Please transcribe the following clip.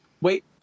Wait